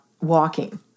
walking